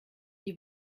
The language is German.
die